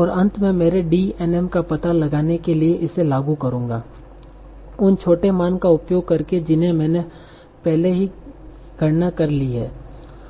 और अंत में मेरे D n m का पता लगाने के लिए इसे लागू करुंगा उन छोटे मान का उपयोग करके जिन्हें मैंने पहले ही गणना कर ली है